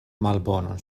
malbonon